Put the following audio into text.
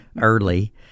early